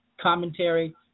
commentary